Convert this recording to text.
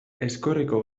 aizkorriko